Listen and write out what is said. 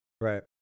Right